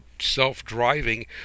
self-driving